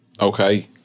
okay